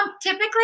Typically